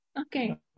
Okay